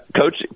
coach